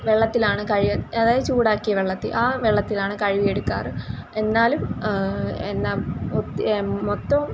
വെള്ളത്തിലാണ് കഴി അതായത് ചൂടാക്കിയ വെള്ളത്തിൽ ആ വെള്ളത്തിലാണ് കഴുകി എടുക്കാറ് എന്നാലും എന്നാൽ മൊത്തവും